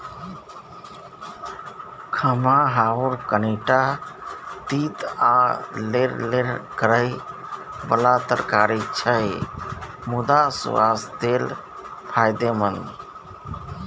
खमहाउर कनीटा तीत आ लेरलेर करय बला तरकारी छै मुदा सुआस्थ लेल फायदेमंद